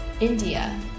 India